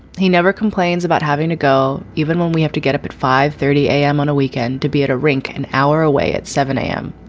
he never complains about having a go. even when we have to get up at five thirty a m. on a weekend to be at a rink an hour away at seven a m,